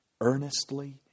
earnestly